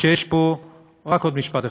רק עוד משפט אחד.